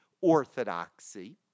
orthodoxy